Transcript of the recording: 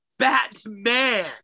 Batman